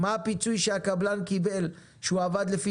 מה הפיצוי שהקבלן קיבל שהוא עבד לפי